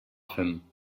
him